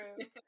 true